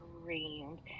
screamed